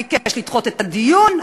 ביקש לדחות את הדיון,